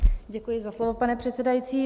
Děkuji za slovo, pane předsedající.